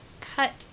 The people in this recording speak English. cut